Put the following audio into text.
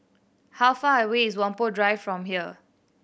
how far away is Whampoa Drive from here